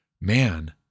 man